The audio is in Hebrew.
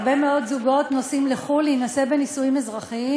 הרבה מאוד זוגות נוסעים לחו"ל להינשא בנישואים אזרחיים,